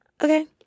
Okay